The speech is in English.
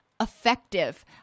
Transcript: effective